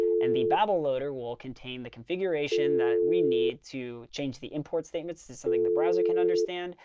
and the babel loader will contain the configuration that we need to change the import statements to something the browser can understand.